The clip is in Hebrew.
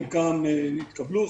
חלקן התקבלו,